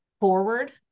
forward